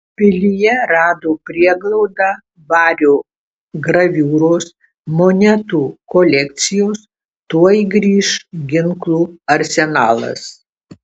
pilyje rado prieglaudą vario graviūros monetų kolekcijos tuoj grįš ginklų arsenalas